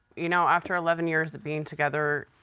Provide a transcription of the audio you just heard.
you know, after eleven years of being together,